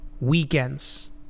weekends